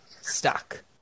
stuck